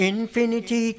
Infinity